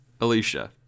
Alicia